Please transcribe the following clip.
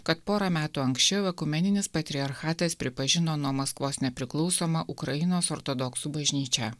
kad porą metų anksčiau ekumeninis patriarchatas pripažino nuo maskvos nepriklausomą ukrainos ortodoksų bažnyčią